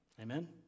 Amen